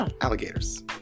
alligators